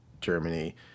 Germany